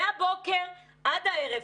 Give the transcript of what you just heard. מהבוקר עד הערב.